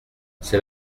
c’est